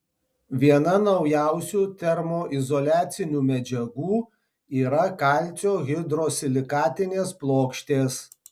viena naujausių termoizoliacinių medžiagų yra kalcio hidrosilikatinės plokštės